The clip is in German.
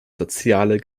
soziale